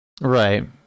Right